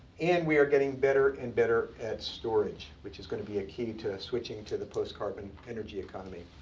and we are getting better and better at storage, which is going to be a key to switching to the post-carbon energy economy.